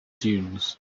dunes